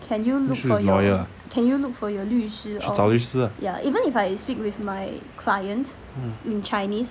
律师 is lawyer 去找律师 lah mm